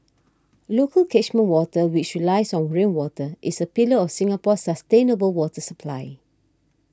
local catchment water which relies on rainwater is a pillar of Singapore's sustainable water supply